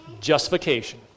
Justification